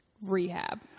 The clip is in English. Rehab